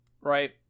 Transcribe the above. right